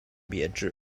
编制